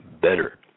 better